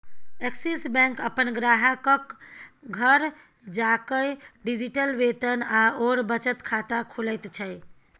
axis Bank अपन ग्राहकक घर जाकए डिजिटल वेतन आओर बचत खाता खोलैत छै